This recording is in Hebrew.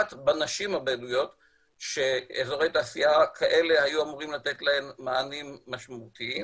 בנשים הבדואיות שאזורי תעשייה כאלה היו אמורים לתת להן מענים משמעותיים.